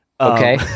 okay